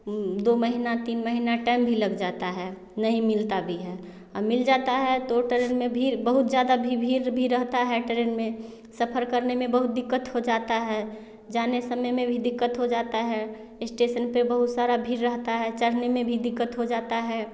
दो महीना तीन महीना टैम भी लग जाता है नहीं मिलता भी है और मिल जाता है तो टरेन में भीड़ बहुत ज़्यादा भी भीड़ भी रहता है टेरेन में सफ़र करने में बहुत दिक़्क़त हो जाता है जाने समय में भी दिक़्क़त हो जाता है इष्टेसन पे बहुत सारा भीड़ रहता है चढ़ने में भी दिक़्क़त हो जाता है